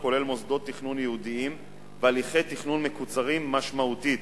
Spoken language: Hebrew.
הכולל מוסדות תכנון ייעודיים והליכי תכנון מקוצרים משמעותית.